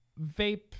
vape